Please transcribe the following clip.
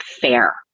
fair